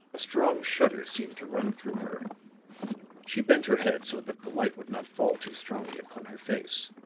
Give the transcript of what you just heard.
a strong shudder seemed to run through her she bent her head so that the light would not fall too strongly upon her face.